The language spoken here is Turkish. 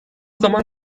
zaman